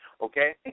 okay